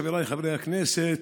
חבריי חברי הכנסת,